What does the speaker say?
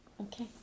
Okay